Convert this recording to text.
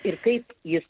ir kaip jis